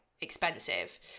expensive